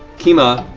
kima,